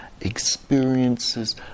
experiences